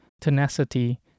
tenacity